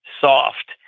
soft